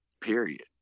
period